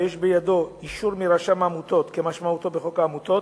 ויש בידו אישור מרשם העמותות כמשמעותו בחוק העמותות,